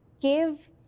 give